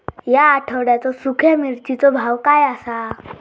या आठवड्याचो सुख्या मिर्चीचो भाव काय आसा?